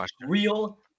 real